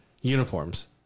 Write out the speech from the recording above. uniforms